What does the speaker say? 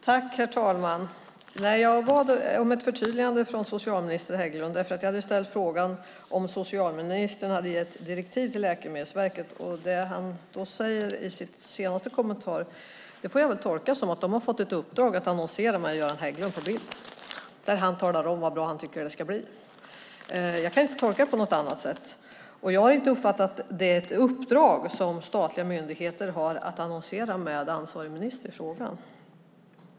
Herr talman! Jag bad om ett förtydligande från socialminister Hägglund. Jag hade ställt frågan om socialministern hade gett direktiv till Läkemedelsverket. Det han säger i sin senaste kommentar får jag väl tolka som att de har fått i uppdrag att annonsera med en bild på Göran Hägglund, som talar om hur bra han tycker att det ska bli. Jag kan inte tolka det på något annat sätt. Jag har inte uppfattat att det skulle vara ett uppdrag som statliga myndigheter har att annonsera med ansvarig minister i frågan.